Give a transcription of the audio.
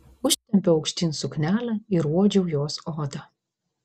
užtempiau aukštyn suknelę ir uodžiau jos odą